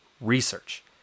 research